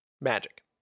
magic